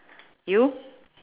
you